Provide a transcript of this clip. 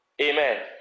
Amen